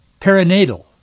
perinatal